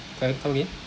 sorry come again